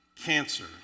cancer